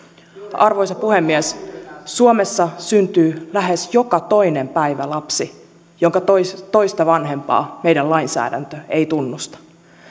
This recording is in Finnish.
arvoisa puhemies suomessa syntyy lähes joka toinen päivä lapsi jonka toista vanhempaa meidän lainsäädäntö ei tunnusta